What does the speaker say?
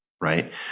Right